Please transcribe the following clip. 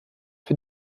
für